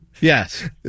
Yes